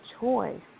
choice